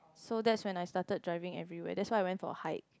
so that's when I started driving everywhere that's why I went for a hike